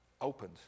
opened